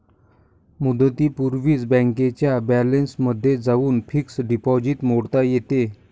मुदतीपूर्वीच बँकेच्या बॅलन्समध्ये जाऊन फिक्स्ड डिपॉझिट मोडता येते